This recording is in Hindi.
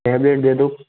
टैबलेट दे दो